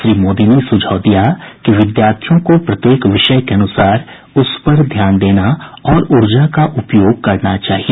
श्री मोदी ने सुझाव दिया कि विद्यार्थियों को प्रत्येक विषय के अनुसार उस पर ध्यान देना और ऊर्जा का उपयोग करना चाहिए